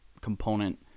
component